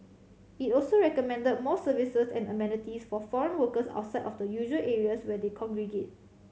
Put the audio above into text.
it also recommended more services and amenities for foreign workers outside of the usual areas where they congregate